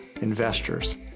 investors